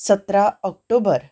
सतरा ऑक्टोबर